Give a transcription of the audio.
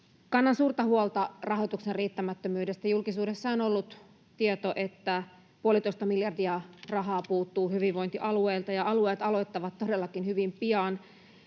Kannan suurta huolta rahoituksen riittämättömyydestä. Julkisuudessa on ollut tieto, että puolitoista miljardia rahaa puuttuu hyvinvointialueilta. Alueet aloittavat todellakin hyvin pian,